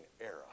era